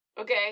Okay